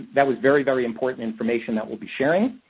that was very, very important information that we'll be sharing.